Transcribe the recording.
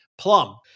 Plum